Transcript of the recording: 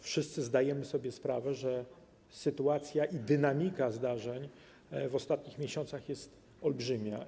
Wszyscy zdajemy sobie sprawę, że sytuacja i dynamika zdarzeń w ostatnich miesiącach jest olbrzymia.